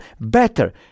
better